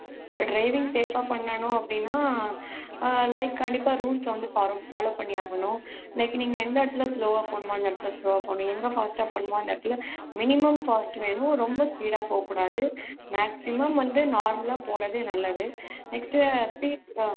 driving ஸேஃபா பண்ணணும் அப்படின்னா லைக் கண்டிப்பாக ரூல்ஸை வந்து ஃபாலோ ஃபாலோ பண்ணியாகணும் நெக்ஸ்ட் நீங்கள் எந்த இடத்துல ஸ்லோவாக போகணுமோ அந்த இடத்துல ஸ்லோவாக போகணும் எங்கே ஃபாஸ்டாக போகணுமோ அந்த இடத்துல மினிமம் ஃபாஸ்ட் வேணும் ரொம்ப ஸ்பீடாக போகக்கூடாது மேக்ஸிமம் வந்து நார்மலாக போவதே நல்லது நெக்ஸ்ட்டு ஸ்பீட் ஆ